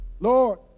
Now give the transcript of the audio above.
Lord